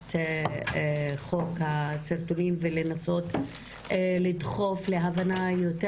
באכיפת חוק הסרטונים ולנסות לדחוף להבנה יותר